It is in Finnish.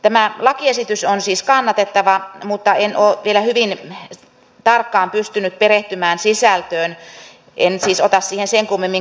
tämä lakiesitys on siis kannatettava mutta en ole vielä hyvin tarkkaan pystynyt perehtymään sisältöön en siis ota siihen sen kummemmin kantaa